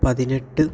പതിനെട്ട്